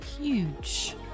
Huge